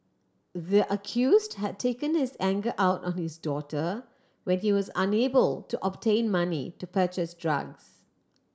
the accused had taken his anger out on his daughter when he was unable to obtain money to purchase drugs